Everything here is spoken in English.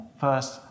first